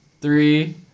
three